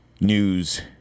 news